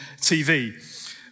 TV